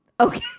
Okay